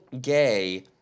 gay